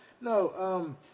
No